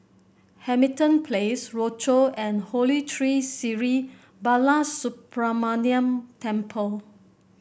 Hamilton Place Rochor and Holy Tree Sri Balasubramaniar Temple